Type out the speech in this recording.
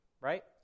right